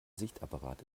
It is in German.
sichtapparat